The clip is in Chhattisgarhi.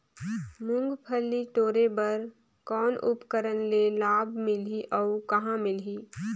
मुंगफली टोरे बर कौन उपकरण ले लाभ मिलही अउ कहाँ मिलही?